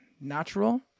natural